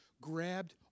grabbed